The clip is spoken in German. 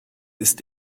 ist